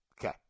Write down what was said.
Okay